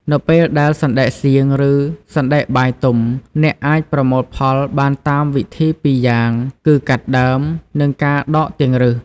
នៅពេលដែលសណ្ដែកសៀង ឬសណ្ដែកបាយទុំ អ្នកអាចប្រមូលផលបានតាមវិធីពីរយ៉ាងគឺ កាត់ដើម និងការដកទាំងឫស។